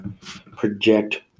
project